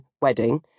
wedding